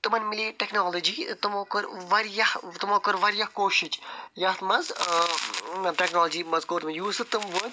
تِمَن مِلے ٹٮ۪کنالجی تِمو کٔر واریاہ تِمو کٔر ورایاہ کوشِچ یَتھ منٛز ٹٮ۪کنالجی منٛز کوٚر تِم وٲتۍ